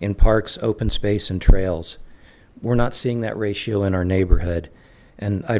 in parks open space and trails we're not seeing that ratio in our neighborhood and i